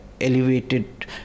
elevated